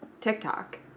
tiktok